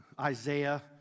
Isaiah